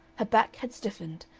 her back had stiffened,